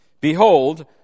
behold